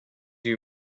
you